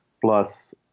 plus